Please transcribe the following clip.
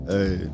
Hey